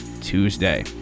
Tuesday